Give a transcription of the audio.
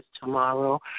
tomorrow